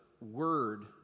word